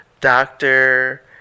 doctor